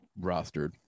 rostered